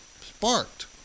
sparked